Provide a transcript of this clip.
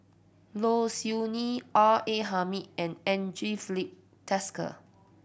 Low Siew Nghee R A Hamid and Andre Filipe Desker